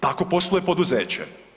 Tako posluje poduzeće.